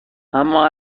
اما